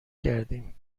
کردیم